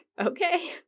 Okay